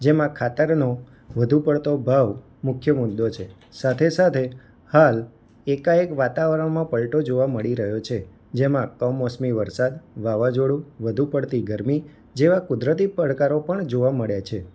જેમાં ખાતરનો વધુ પડતો ભાવ મુખ્ય મુદ્દો છે સાથે સાથે હાલ એકાએક વાતાવરણમાં પલટો જોવા મળી રહ્યો છે જેમાં કમોસમી વરસાદ વાવાઝોડું વધુ પડતી ગરમી જેવા કુદરતી પડકારો પણ જોવા મળે છે